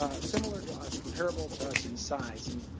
ah similar to us, comparable to us in size. and,